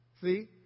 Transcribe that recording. See